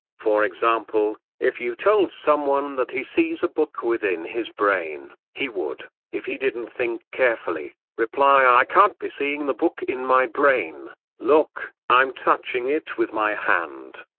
for example, if you told someone that he sees a book within his brain, he would, if he didn't think carefully, reply i can't be seeing the book in my brain look, i'm touching it with my hand.